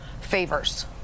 favors